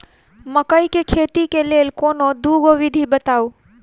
मकई केँ खेती केँ लेल कोनो दुगो विधि बताऊ?